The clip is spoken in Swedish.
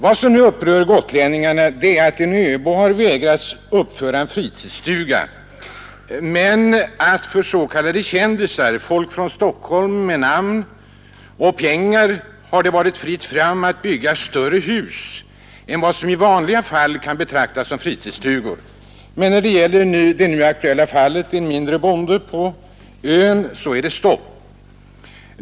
Vad som nu upprör gotlänningarna är att en öbo har vägrats uppföra en fritidsstuga, medan det för s.k. kändisar, folk från Stockholm med namn och pengar, har varit fritt fram att bygga även större hus än vad som i vanliga fall kan betraktas som fritidsstugor. Men i det nu aktuella fallet, där det gäller en mindre bonde och öbo, är det stopp.